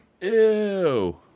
Ew